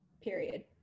period